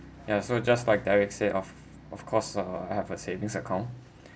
ya so just like derek say of of course uh I have a savings account